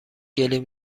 گلیم